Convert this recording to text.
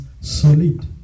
solid